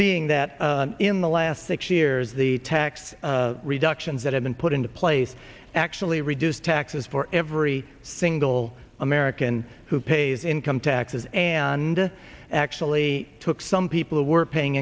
being that in the last six years the tax reductions that have been put into place actually reduce taxes for every single american who pays income taxes and actually took some people who weren't paying